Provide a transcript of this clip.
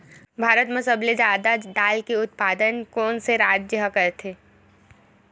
भारत मा सबले जादा दाल के उत्पादन कोन से राज्य हा करथे?